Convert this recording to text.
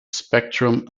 spectrum